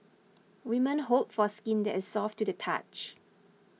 women hope for skin that is soft to the touch